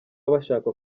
bashaka